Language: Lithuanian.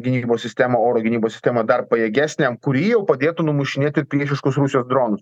gynybos sistemą oro gynybos sistemą dar pajėgesnę kuri padėtų numušinėt ir priešiškus rusijos dronus